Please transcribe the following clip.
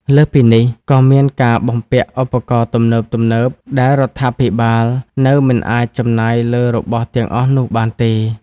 លើសពីនេះ ក៏មានការបំពាក់ឧបករណ៍ទំនើបៗ ដែលរដ្ឋាភិបាលនៅមិនអាចចំណាយលើរបស់ទាំងអស់នោះបានទេ។